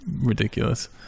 ridiculous